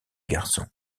garçons